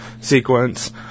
sequence